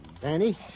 Danny